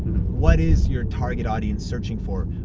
what is your target audience searching for?